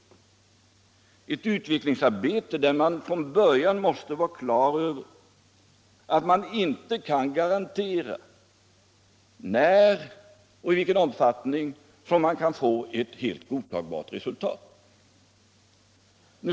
Då det gäller ett utvecklingsarbete måste man från början vara på det klara med att det inte är möjligt att garantera när och i vilken omfattning ett helt godtagbart resultat kan uppnås.